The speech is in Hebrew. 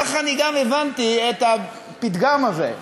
כך גם אני הבנתי את הפתגם הזה,